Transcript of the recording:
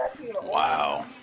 Wow